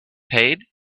paid